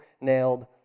nailed